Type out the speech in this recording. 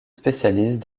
spécialise